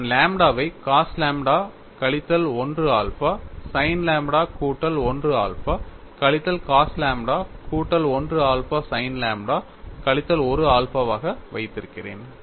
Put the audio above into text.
நான் லாம்ப்டாவை cos lambda கழித்தல் 1 ஆல்பா sin லாம்ப்டா கூட்டல் 1 ஆல்பா கழித்தல் cos லாம்ப்டா கூட்டல் 1 ஆல்பா sin லாம்ப்டா கழித்தல் 1 ஆல்பாவாக வைத்திருக்கிறேன்